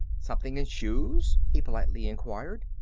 something in shoes? he politely inquired.